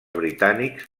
britànics